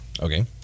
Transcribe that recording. Okay